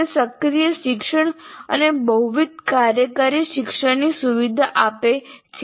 તે સક્રિય શિક્ષણ અને બહુવિધ કાર્યકારી શિક્ષણની સુવિધા આપે છે